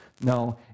No